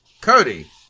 Cody